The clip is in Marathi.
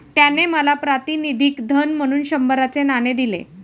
त्याने मला प्रातिनिधिक धन म्हणून शंभराचे नाणे दिले